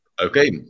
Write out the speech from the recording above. okay